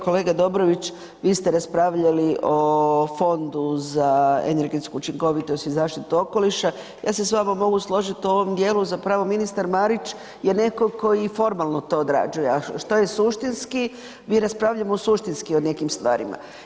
Kolega Dobrović, vi ste raspravljali o Fondu za energetsku učinkovitost i zaštitu okoliša, ja se s vama mogu složit u ovom dijelu, zapravo ministar Marić je … [[Govornik se ne razumije]] i formalno to odrađuje, a što je suštinski, mi raspravljamo suštinski o nekim stvarima.